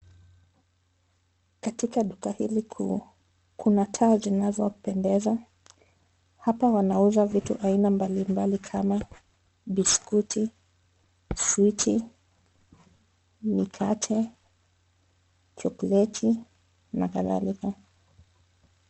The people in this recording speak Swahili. Katika duka hili kuu, kuna taa zinazopendeza. Hapa wanauza vitu aina mbalimbali kama biskuti, switi, mikate, chokoleti na kadhalika.